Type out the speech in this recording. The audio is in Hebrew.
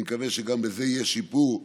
אני מקווה שגם בזה יהיה שיפור,